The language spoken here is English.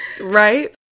Right